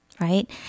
right